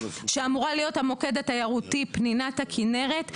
שאמורה להיות המוקד התיירותי פנינת הכנרת,